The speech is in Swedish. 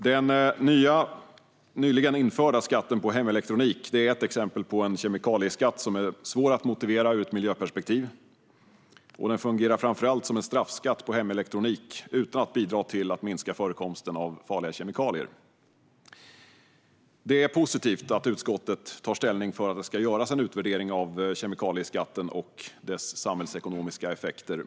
Den nyligen införda skatten på hemelektronik är ett exempel på en kemikalieskatt som är svår att motivera ur ett miljöperspektiv. Den fungerar framför allt som en straffskatt på hemelektronik utan att bidra till att minska förekomsten av farliga kemikalier. Det är positivt att utskottet tar ställning för att det ska göras en utvärdering av kemikalieskatten och dess samhällsekonomiska effekter.